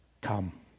Come